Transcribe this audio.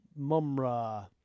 Mumra